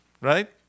right